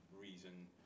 reason